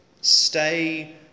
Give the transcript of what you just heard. Stay